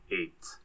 eight